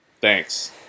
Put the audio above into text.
thanks